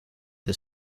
the